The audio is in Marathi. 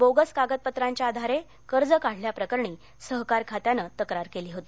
बोगस कागदपत्रांच्या आधारे कर्ज काढल्याप्रकरणी सहकार खात्यानं तक्रार केली होती